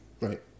Right